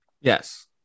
Yes